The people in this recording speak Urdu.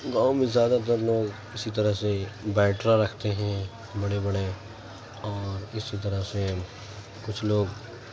گاؤں میں زیادہ تر لوگ اسی طرح سے بیٹرا رکھتے ہیں بڑے بڑے اور اسی طرح سے کچھ لوگ